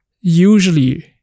usually